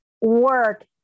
work